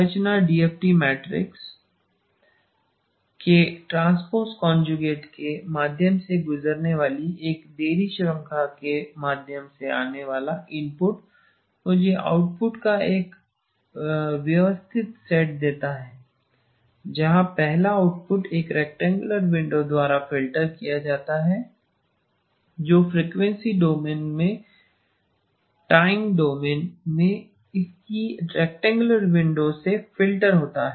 संरचना DFT matrix के transpose conjugate के माध्यम से गुजरने वाली एक देरी श्रृंखला के माध्यम से आने वाला इनपुट मुझे आउटपुट का एक व्यवस्थित सेट देता है जहां पहला आउटपुट एक रेक्टैंगुलार विंडो द्वारा फ़िल्टर किया जाता है जो फ्रीक्वेंसी डोमेन में टाइम डोमेन में इसकी रेक्टैंगुलार विंडो से फ़िल्टर होता है